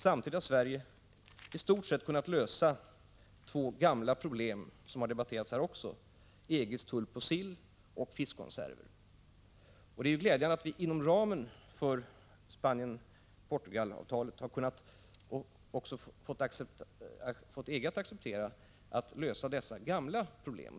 Samtidigt har Sverige i stort sett kunnat lösa två gamla problem, som också har debatterats här, nämligen dem som rör EG:s tull på sill och fiskkonserver. Det är glädjande att vi inom ramen för Spanien-Portugalavtalet har kunnat få EG att acceptera att lösa dessa gamla problem.